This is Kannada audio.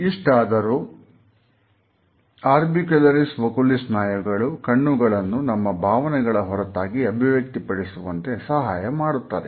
ಇಷ್ಟಾದರೂ ಆರ್ಬಿಕ್ಯುಲರಿಸ್ ಒಕುಲಿ ಸ್ನಾಯುಗಳು ಕಣ್ಣುಗಳನ್ನು ನಮ್ಮ ಭಾವನೆಗಳ ಹೊರತಾಗಿ ಅಭಿವ್ಯಕ್ತಿ ಪಡಿಸುವಂತೆ ಸಹಾಯಮಾಡುತ್ತದೆ